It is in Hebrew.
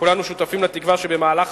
וכולנו שותפים לתקווה, שבמהלך